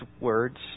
words